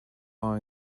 bar